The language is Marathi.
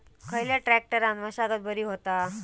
खयल्या ट्रॅक्टरान मशागत बरी होता?